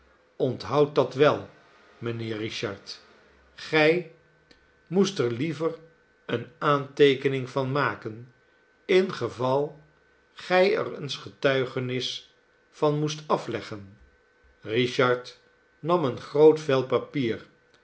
onthoud dat wel mijnheer richard gij moest er liever eene aanteekening van maken ingeval gij er eens getuigenis van moest afleggen richard nam een groot vel papier